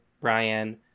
Brian